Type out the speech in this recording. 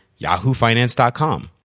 yahoofinance.com